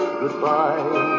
goodbye